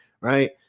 Right